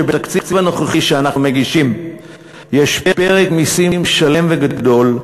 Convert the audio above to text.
שבתקציב הנוכחי שאנחנו מגישים יש פרק מסים שלם וגדול,